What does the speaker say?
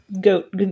goat